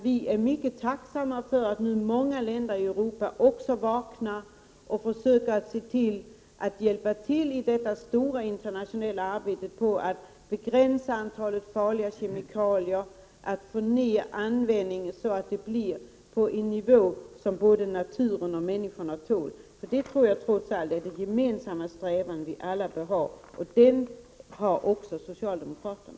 Vi är tacksamma över att också många av länderna i Europa börjar vakna upp och försöka hjälpa till i detta stora internationella arbete på att begränsa antalet farliga kemikalier och få ned användningen så att den ligger på en nivå som både naturen och människor tål. Detta är trots allt den gemensamma strävan vi alla bör ha, och den har också socialdemokraterna.